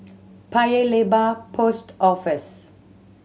Paya Lebar Post Office